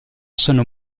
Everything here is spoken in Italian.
sono